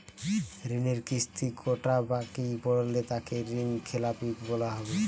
ঋণের কিস্তি কটা বাকি পড়লে তাকে ঋণখেলাপি বলা হবে?